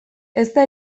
ezta